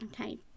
Okay